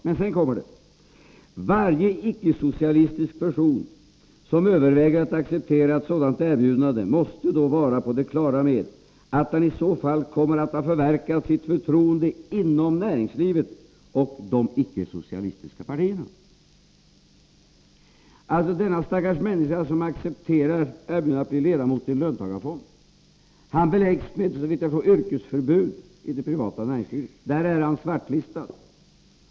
Men sedan kommer det: ”Varje icke-socialistisk person som överväger att acceptera ett sådant erbjudande måste då vara på det klara med att han i så fall kommer att ha förverkat sitt förtroende inom näringslivet och de icke-socialistiska partierna.” Denna stackars människa som accepterar erbjudandet att bli ledamot av en löntagarfond beläggs alltså, såvitt jag förstår, med yrkesförbud i det privata näringslivet. Där är han svartlistad.